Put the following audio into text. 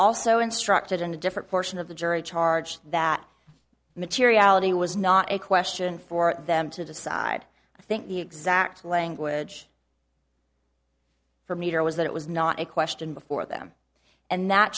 also instructed in a different portion of the jury charge that materiality was not a question for them to decide i think the exact language for meter was that it was not a question before them and that